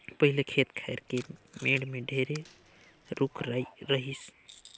पहिले खेत खायर के मेड़ में ढेरे रूख राई रहिस